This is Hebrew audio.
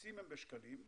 בשקלים.